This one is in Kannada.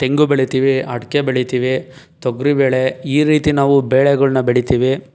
ತೆಂಗು ಬೆಳಿತೀವಿ ಅಡಿಕೆ ಬೆಳಿತೀವಿ ತೊಗರಿಬೇಳೆ ಈ ರೀತಿ ನಾವು ಬೆಳೆಗಳನ್ನ ಬೆಳಿತೀವಿ